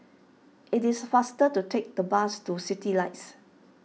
it is faster to take the bus to Citylights